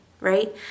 right